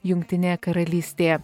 jungtinėje karalystėje